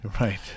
Right